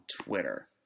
Twitter